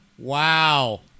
Wow